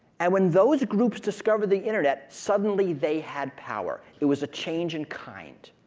and when those groups discovered the internet, suddenly they had power. it was a change in kind.